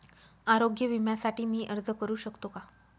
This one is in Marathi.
आरोग्य विम्यासाठी मी अर्ज करु शकतो का?